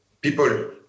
people